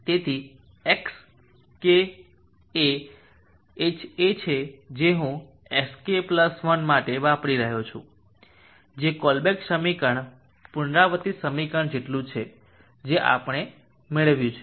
તેથી xkk એ છે જે હું xk 1 માટે વાપરી રહ્યો છું જે કોલબ્રુક સમીકરણ પુનરાવર્તિત સમીકરણ જેટલું છે જે આપણે મેળવ્યું છે